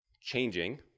changing